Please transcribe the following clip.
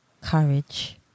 courage